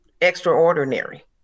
extraordinary